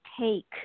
take